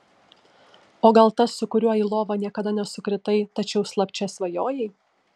o gal tas su kuriuo į lovą niekada nesukritai tačiau slapčia svajojai